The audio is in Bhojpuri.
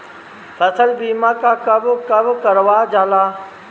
फसल बीमा का कब कब करव जाला?